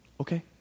Okay